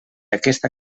aquesta